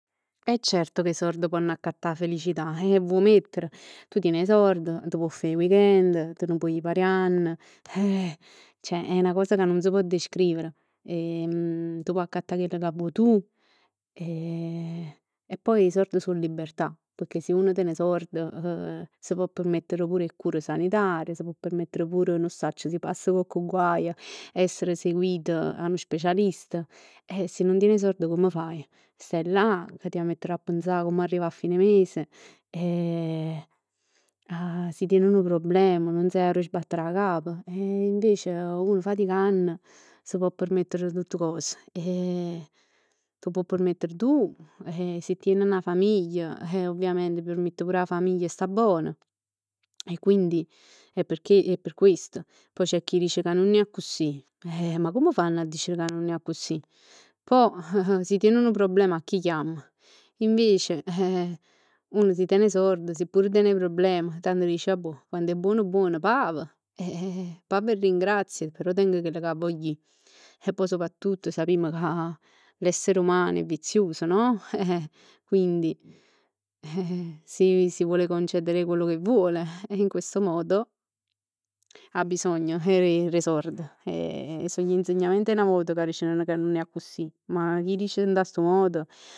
E certo che 'e sord ponn accattà 'a felicità. Eh vuò mettere? Tu tien 'e sord, t' può fa 'e weekend, t' ne può ji pariann, ceh è 'na cosa ca nun s' pò descrivere e t'può accattà chell ca vuò tu. E poi 'e sord so libertà pecchè se uno ten 'e sord, s' pò permettere pur 'e cure sanitarie, s' pò permettere pur, nun sacc si pass cocc guaio e vole essere seguito da uno specialista. Eh si nun tien 'e sord come faje? Stai là che t' 'a mettere 'a pensà come arrivà a fine mese? Si tien nu problema nun saje arò sbattere 'a cap. Invece uno faticann s' pò permettere tutt cos, t' può permettere tu e si tien 'na famiglia, eh ovviamente permiett pur 'a famiglia 'e sta bona. Quindi è perchè, è per questo. Poi c'è chi dice ca nun è accussì, ma come fanno a dicere che nun è accussì? Pò si tien nu problem 'a chi chiamm? Invece uno si ten 'e sord, si pur ten 'e problem, tanto dice vabbuò quann è buon buon pav, pav e ringrazia, però tengo chell ca voglio ij. E poi soprattutto sapimm ca l'essere umano è viziuso no? Quindi si vuole concedere quello che vuole, in questo modo ha bisogno e' 'e, d' 'e sord. So l'insegnamenti 'e 'na vot, ca diceno ca nun è accussì. Ma chi dice dint 'a stu modo